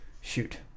Shoot